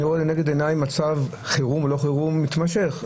אני רואה לנגד עיניי מצב חירום/לא חירום מתמשך.